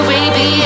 Baby